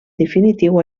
definitiu